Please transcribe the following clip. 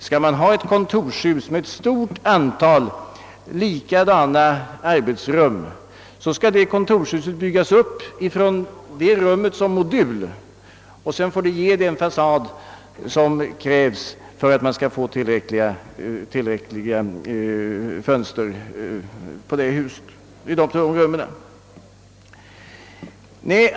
Vill man ha ett kontorshus med ett stort antal likadana arbetsrum, så måste det huset byggas upp med det önskade rummet som modul, och sedan får huset ges den fasad som krävs för att man skall få tillräckligt med fönster för rummen.